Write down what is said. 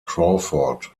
crawford